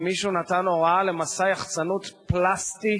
ומישהו נתן הוראה למסע יחצנות פלסטי